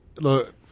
look